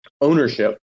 ownership